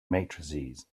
matrices